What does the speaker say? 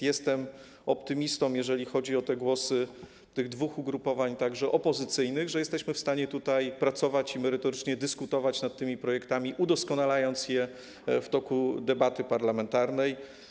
Jestem więc optymistą, jeżeli chodzi o głosy tych dwóch ugrupowań opozycyjnych, że jesteśmy w stanie pracować i merytorycznie dyskutować nad tymi projektami, udoskonalając je w toku debaty parlamentarnej.